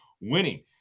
winning